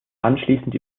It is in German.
anschließend